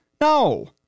No